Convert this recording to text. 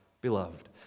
beloved